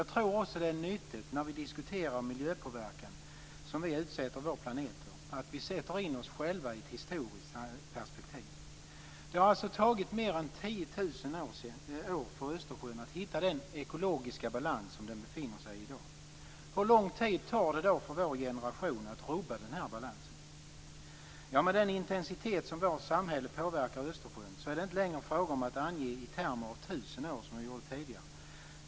Jag tror också att det är nyttigt att vi, när vi diskuterar den miljöpåverkan som vi utsätter vår planet för, sätter in oss själva i ett historiskt perspektiv. Det har alltså tagit mer än 10 000 år för Östersjön att hitta den ekologiska balans som den befinner sig i i dag. Hur lång tid tar det då för vår generation att rubba denna balans? Med den intensitet som vårt samhälle påverkar Östersjön är det inte längre en fråga om att ange detta i termer av 1 000 år, som jag gjorde tidigare.